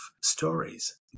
stories